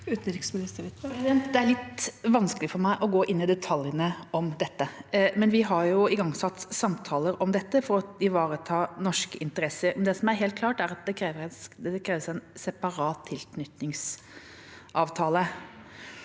Det er litt vanskelig for meg å gå inn i detaljene om dette, men vi har jo igangsatt samtaler om dette for å ivareta norske interesser. Det som er helt klart, er at det kreves en separat tilknytningsavtale.